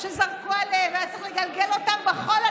שזרקו עליהם והיה צריך לגלגל אותם בחול.